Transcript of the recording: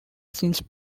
since